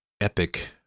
epic